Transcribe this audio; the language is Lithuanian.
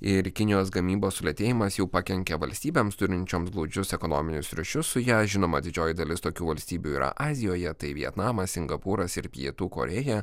ir kinijos gamybos sulėtėjimas jau pakenkė valstybėms turinčioms glaudžius ekonominius ryšius su ja žinoma didžioji dalis tokių valstybių yra azijoje tai vietnamas singapūras ir pietų korėja